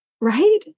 right